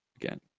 Again